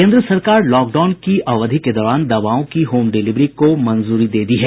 केंद्र सरकार lock के अवधि के दौरान दवाओं की होम डिलिवरी को मंजूरी दे दी है